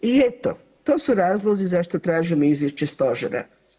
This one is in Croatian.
I eto, to su razlozi zašto tražim izvješće Stožera.